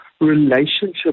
relationship